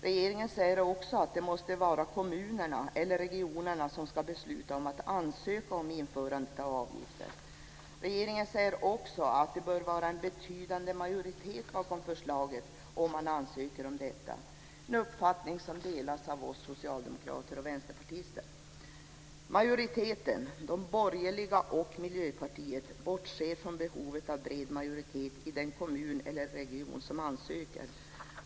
Regeringen säger att det måste vara kommunerna eller regionerna som ska besluta om att ansöka om införande av sådana avgifter. Regeringen säger också att det bör vara en betydande majoritet bakom förslaget om man ansöker om detta, en uppfattning som delas av oss socialdemokrater och vänsterpartister. Majoriteten, de borgerliga och Miljöpartiet, bortser från behovet av bred majoritet i den kommun eller region som ansöker.